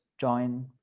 join